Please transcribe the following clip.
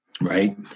right